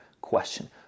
question